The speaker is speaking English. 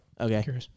Okay